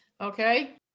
Okay